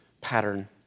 pattern